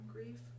Grief